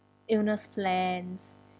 illness plans